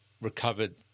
recovered